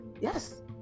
Yes